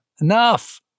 Enough